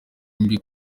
mbi